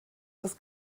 das